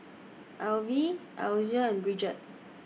Alvie Alysa and Bridget